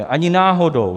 Ani náhodou.